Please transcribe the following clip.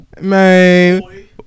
Man